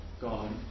God